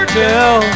tell